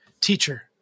teacher